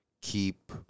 keep